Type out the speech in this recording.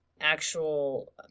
actual